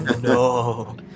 no